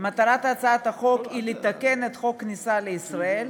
מטרת הצעת החוק היא לתקן את חוק הכניסה לישראל